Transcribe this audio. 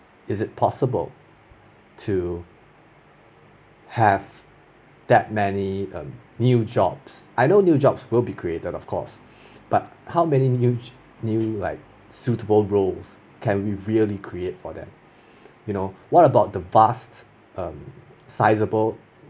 is it possible to have that many um new jobs I know new jobs will be created of course but how many new j~ new like suitable roles can we really create for that you know what about the vast um sizable